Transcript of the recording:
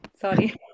sorry